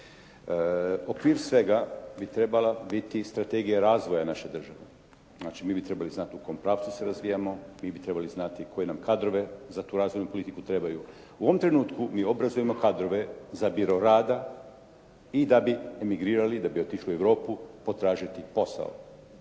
Okvir svega bi trebala biti i Strategija razvoja naše države. Znači, mi bi trebali znati u kom pravcu se razvijamo, mi bi trebali znati koji nam kadrovi za tu razvojnu politiku trebaju. U ovom trenutku mi obrazujemo kadrove za biro rada i da bi emigrirali, da bi otišli u Europu potražiti posao.